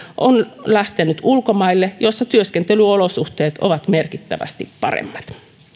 on lähtenyt ulkomaille missä työskentelyolosuhteet ovat merkittävästi paremmat